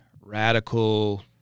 radical